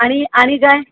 आणि आणि काय